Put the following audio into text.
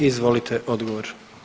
Izvolite odgovor.